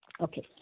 okay